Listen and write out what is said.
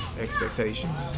expectations